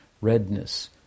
redness